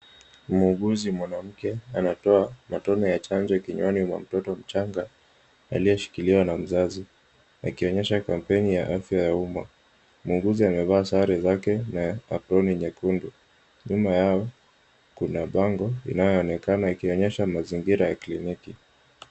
Muuguzi mwanamke anatoa matone ya chanjo kinywani mwa mtoto mchanga, aliyeshikiliwa na mzazi, akionyesha kampuni ya afya ya umma. Muuguzi amevaa sare zake na aproni nyekundu. Nyuma yao kuna bango linalo onekana ikionyesha mazingira ya kliniki.